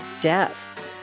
death